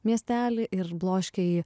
miestelį ir bloškė į